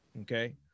okay